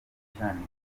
cyanika